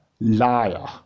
liar